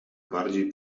bardziej